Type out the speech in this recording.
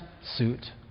suit